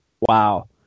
Wow